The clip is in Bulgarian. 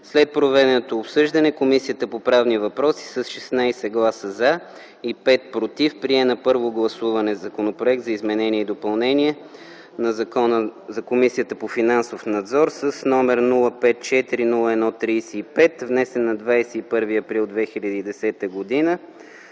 След проведеното обсъждане Комисията по правни въпроси с 16 гласа „за” и 5 „против” прие на първо гласуване Законопроекта за изменение и допълнение на Закона за Комисията по финансов надзор, № 054-01-35, внесен на 21 април 2010 г.